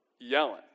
yelling